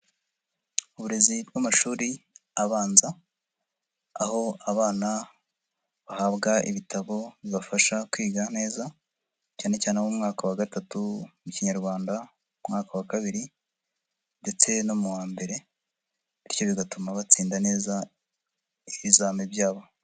Uburezi bw'amashuri abanza aho abana bahabwa ibitabo bibafasha kwiga neza cyane cyane mu mwaka wa gatatu mu Kinyarwanda, mu mwaka wa kabiri ndetse no mu wa mbere bityo bigatuma batsinda neza ibizami byabo.